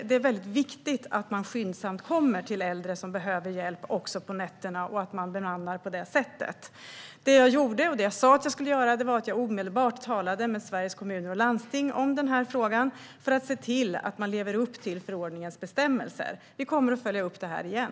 Det är väldigt viktigt att man skyndsamt kommer till äldre som behöver hjälp, också på nätterna, och att man bemannar för detta. Jag gjorde det jag sa att jag skulle göra: Jag talade omedelbart med Sveriges Kommuner och Landsting om frågan för att se till att man lever upp till förordningens bestämmelser. Vi kommer att följa upp detta igen.